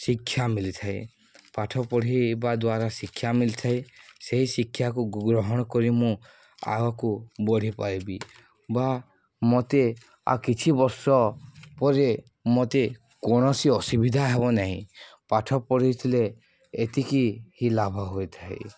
ଶିକ୍ଷା ମିଳିଥାଏ ପାଠ ପଢ଼ାଇବା ଦ୍ୱାରା ଶିକ୍ଷା ମଳିିଥାଏ ସେହି ଶିକ୍ଷାକୁ ଗ୍ରହଣ କରି ମୁଁ ଆଗକୁ ବଢ଼ିପାରିବି ବା ମୋତେ ଆ କିଛି ବର୍ଷ ପରେ ମୋତେ କୌଣସି ଅସୁବିଧା ହେବ ନାହିଁ ପାଠ ପଢ଼ାଇଥିଲେ ଏତିକି ହିଁ ଲାଭ ହୋଇଥାଏ